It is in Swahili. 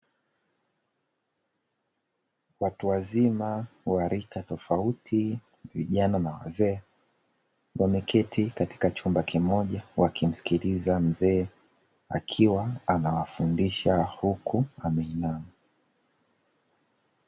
Watu wazima wa rika tofauti vijana na wazee, wameketi katika chumba kimoja, wakimsikiliza mzee akiwa anawafundisha huku ameinama.